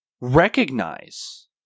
recognize